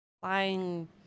Flying